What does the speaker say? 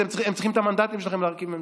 הם צריכים את המנדטים שלכם להרכיב ממשלה,